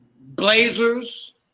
Blazers